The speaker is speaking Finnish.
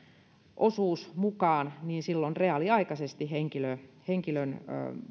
osuus mukaan niin silloin reaaliaikaisesti henkilön henkilön